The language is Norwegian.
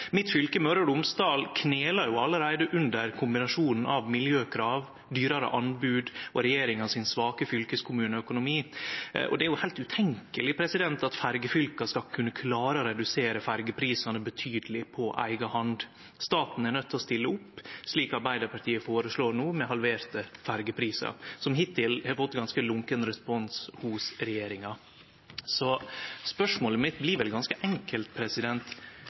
Mitt fylke, Møre og Romsdal, kneler allereie under kombinasjonen av miljøkrav, dyrare anbod og regjeringa sin svake fylkeskommuneøkonomi, og det er heilt utenkjeleg at ferjefylka skal kunne klare å redusere ferjeprisane betydeleg på eiga hand. Staten er nøydd til å stille opp, slik Arbeidarpartiet føreslår no, med halverte ferjeprisar, som hittil har fått ganske lunken respons hos regjeringa. Spørsmålet mitt blir ganske enkelt: